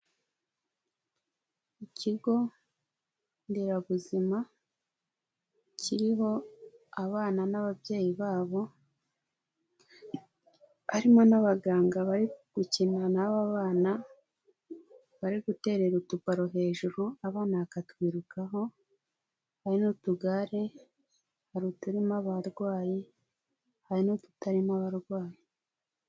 Ikigo nderabuzima kiriho abana n'ababyeyi babo harimo n'abaganga bari gukina n'aba bana bari guterera utubaro hejuru abana bakatwirukaho hari n'utugare hari uturimo abarwayi hari n'ututarimo abarwayi.